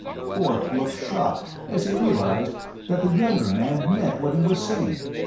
forth looked shocked as he realized that the younger man meant what he was saying.